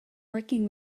working